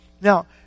now